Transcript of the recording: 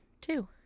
two